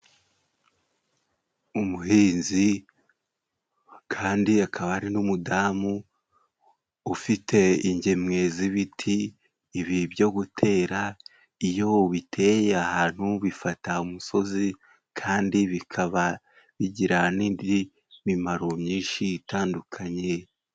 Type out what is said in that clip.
Umuhinzi kandi akaba ari n'umudamu ufite ingemwe z'ibiti ibi byo gutera, iyo ubiteye ahantu bifata umusozi kandi bikaba bigira n'indi mimaro myinshi itandukanye.